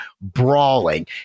brawling